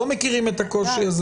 לא מכירים אותו?